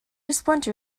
splinter